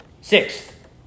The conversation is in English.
sixth